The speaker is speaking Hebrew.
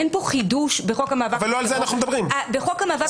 אין פה חידוש בחוק המאבק בטרור.